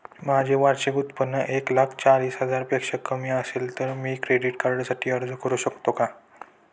माझे वार्षिक उत्त्पन्न एक लाख चाळीस हजार पेक्षा कमी असेल तर मी क्रेडिट कार्डसाठी अर्ज करु शकतो का?